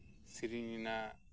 ᱥᱮᱨᱮᱧ ᱨᱮᱱᱟᱜ